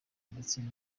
ndetse